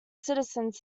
citizens